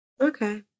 Okay